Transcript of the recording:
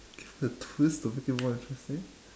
give a twist to make it more interesting